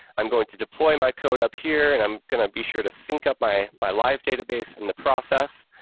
i'm going to deploy my code up here, and i'm going to be sure to sync up my my live database in the process.